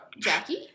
Jackie